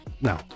no